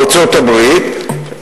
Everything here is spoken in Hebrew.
ארצות-הברית,